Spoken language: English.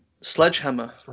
Sledgehammer